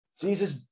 Jesus